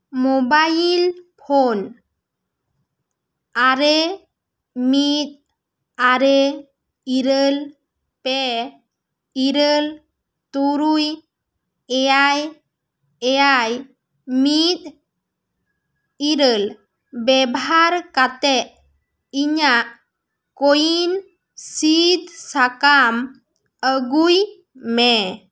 mobile phone ᱟᱨᱮ ᱢᱤᱫ ᱟᱨᱮ ᱤᱨᱟᱹᱞ ᱯᱮ ᱤᱨᱟᱹᱞ ᱛᱩᱨᱩᱭ ᱮᱭᱟᱭ ᱮᱭᱟᱭ ᱢᱤᱫ ᱤᱨᱟᱹᱞ ᱵᱮᱵᱷᱟᱨ ᱠᱟᱛᱮᱫ ᱤᱧᱟᱜ ᱠᱳᱼᱩᱭᱤᱱ ᱥᱤᱫᱽ ᱥᱟᱠᱟᱢ ᱟᱹᱜᱩᱭ ᱢᱮ